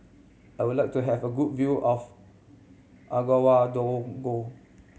I would like to have a good view of Ouagadougou